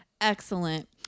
Excellent